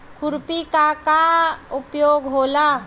खुरपी का का उपयोग होला?